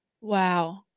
Wow